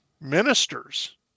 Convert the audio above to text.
ministers